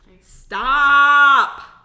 Stop